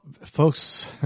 folks